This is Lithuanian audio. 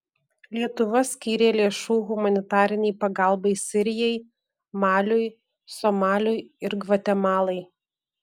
lietuva skyrė lėšų humanitarinei pagalbai sirijai maliui somaliui ir gvatemalai